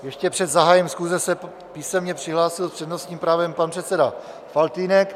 Ještě před zahájením schůze se písemně přihlásil s přednostním právem pan předseda Faltýnek.